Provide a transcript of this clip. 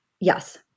Yes